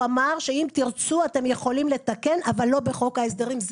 הוא אמר שאם תירצו אתם יכולים לתקן אבל לא בחוק ההסדרים.